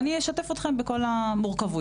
אני אשתף אתכם בכל המורכבויות.